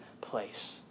place